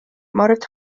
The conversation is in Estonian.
mart